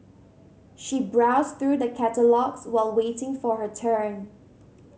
she browsed through the catalogues while waiting for her turn